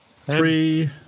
Three